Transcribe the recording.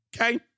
okay